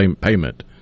payment